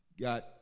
got